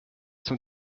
zum